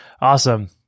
Awesome